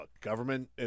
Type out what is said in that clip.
Government